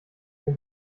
den